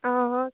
অ